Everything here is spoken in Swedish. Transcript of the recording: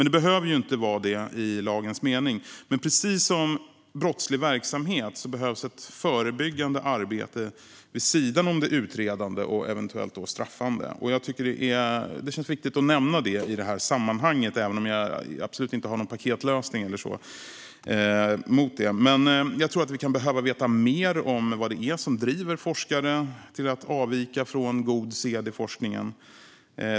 Det behöver ju inte vara det i lagens mening, men precis som när det gäller brottslig verksamhet behövs ett förebyggande arbete vid sidan om det utredande och eventuellt straffande. Jag tycker att det är viktigt att nämna det även om jag absolut inte har någon paketlösning för det. Jag tror att vi behöver veta mer om vad det är som driver forskare till att avvika från god sed i forskningen.